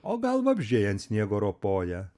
o gal vabzdžiai ant sniego ropoja